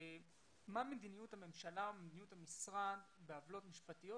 מה מדיניות הממשלה או מדיניות המשרד בעוולות משפטיות